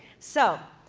so,